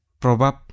probab